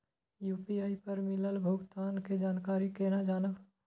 UPI पर मिलल भुगतान के जानकारी केना जानब?